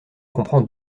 comprend